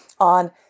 on